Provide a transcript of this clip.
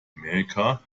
america